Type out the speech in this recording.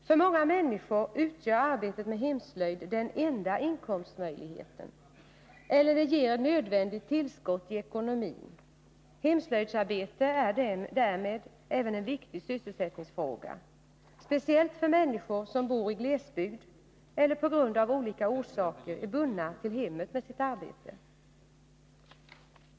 För många människor utgör arbetet med hemslöjd den enda inkomstmöjligheten eller ger ett nödvändigt tillskott i ekonomin. Hemslöjdsarbete är därmed även en viktig sysselsättningsfråga, speciellt för människor som bor i glesbygd eller av olika orsaker är bundna till hemmet med sitt arbete.